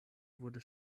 wurde